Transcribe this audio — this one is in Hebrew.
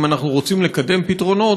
אם אנחנו רוצים לקדם פתרונות,